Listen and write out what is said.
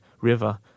river